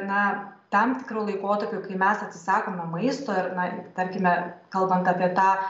na tam tikru laikotarpiu kai mes atsisakome maisto ir na tarkime kalbant apie tą